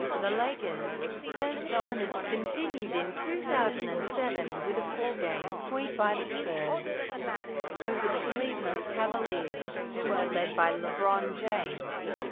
the lakers spurs dominance continued in two thousand and seven with a four-game sweep by the spurs over the cleveland cavaliers, who were led by lebron james.